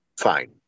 Fine